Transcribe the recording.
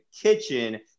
kitchen